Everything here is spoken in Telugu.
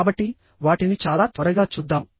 కాబట్టి వాటిని చాలా త్వరగా చూద్దాం